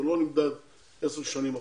הוא לא נבדק עשר שנים אחורה.